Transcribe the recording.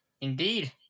Indeed